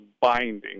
binding